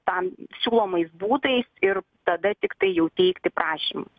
tam siūlomais būdais ir tada tiktai jau teikti prašymus